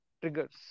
triggers